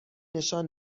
نشان